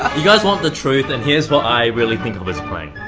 you guys want the truth, and here's what i really think of his playing.